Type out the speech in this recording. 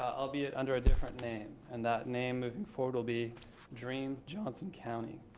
ah albeit under a different name and that name moving forward will be dream johnson county.